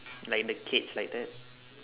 like the cage like that